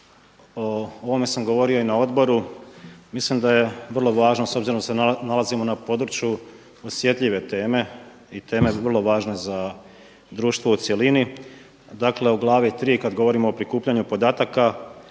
o ovome sam govorio i na odboru. Mislim da je vrlo važno s obzirom da se nalazimo na području osjetljive teme i teme vrlo važne za društvo u cjelini. Dakle u glavi 3. kad govorimo o prikupljanju podataka